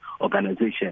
organization